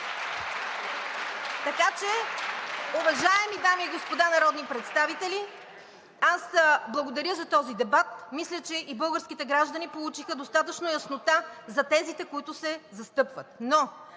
папката. Уважаеми дами и господа народни представители, аз благодаря за този дебат. Мисля, че и българските граждани получиха достатъчно яснота за тезите, които се застъпват.